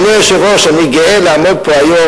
אדוני היושב-ראש, אני גאה לעמוד פה היום.